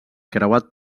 creuat